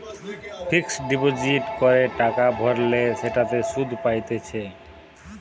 fixed deposit করে টাকা ভরলে সেটাতে সুধ পাইতেছে